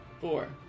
Four